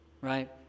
right